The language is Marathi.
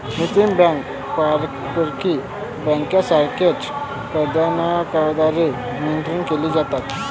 नैतिक बँका पारंपारिक बँकांसारख्याच प्राधिकरणांद्वारे नियंत्रित केल्या जातात